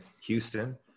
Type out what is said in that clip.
Houston